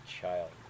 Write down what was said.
child